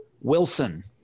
wilson